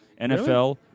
NFL